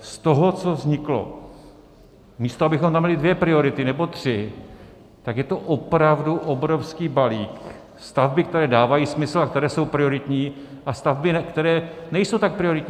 Z toho, co vzniklo, místo abychom tam měli dvě priority nebo tři, tak je to opravdu obrovský balík, stavby, které dávají smysl a které jsou prioritní, a stavby, které nejsou tak prioritní.